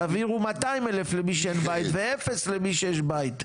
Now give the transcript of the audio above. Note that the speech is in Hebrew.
תעבירו 200,000 למי שאין בית לאפס למי שיש בית.